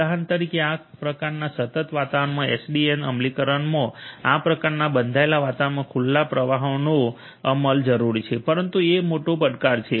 ઉદાહરણ તરીકે આ પ્રકારના સતત વાતાવરણમાં એસડીએન અમલીકરણ માં આ પ્રકારના બંધાયેલા વાતાવરણમાં ખુલ્લા પ્રવાહનો ઓપન ફલૉનો અમલ જરૂરી છે પરંતુ તે એક મોટો પડકાર છે